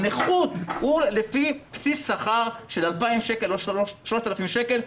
הנכות היא לפי בסיס שכר של 2,000 או 3,000 שקל,